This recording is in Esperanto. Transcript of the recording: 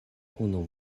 unu